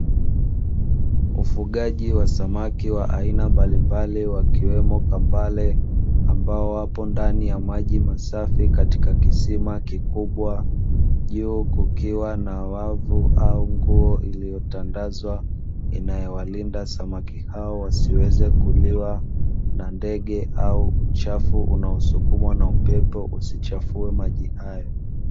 Ufugaji wa samaki wa aina mbalimbali, wakiwemo kambare ambao wapo ndani ya maji masafi katika kisima kikubwa, juu kukiwa na wavu au nguo iliyotandazwa; inayowalinda samaki hao wasiweze kuliwa na ndege au uchafu unaosukumwa na upepo usichafue maji hayo.